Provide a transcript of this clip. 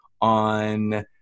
on